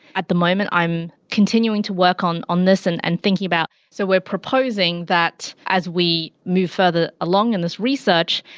at the moment, i'm continuing to work on on this and and thinking about so we're proposing that as we move further along in this research,